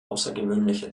außergewöhnliche